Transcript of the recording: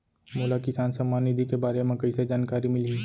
मोला किसान सम्मान निधि के बारे म कइसे जानकारी मिलही?